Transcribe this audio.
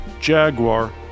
Jaguar